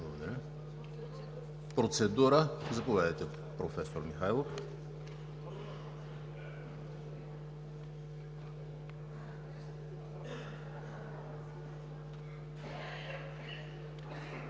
Процедура? Заповядайте, професор Михайлов.